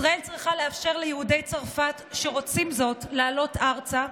ישראל צריכה לאפשר ליהודי צרפת שרוצים זאת לעלות ארצה.